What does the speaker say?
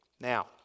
Now